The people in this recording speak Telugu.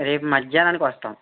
రేపు మధ్యాహ్నానికి వస్తాను